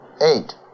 Eight